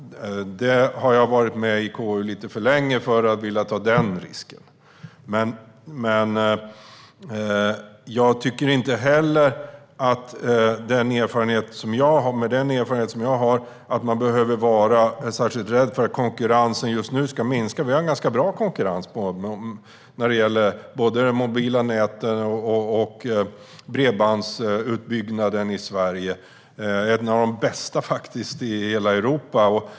Jag har varit med i KU lite för länge för att vilja ta den risken. Med den erfarenhet jag har tycker jag inte heller att man behöver vara särskilt rädd för att konkurrensen just nu ska minska. Vi har ganska bra konkurrens vad gäller utbyggnaden av både mobila nät och bredband i Sverige. Den är bland de bästa i hela Europa.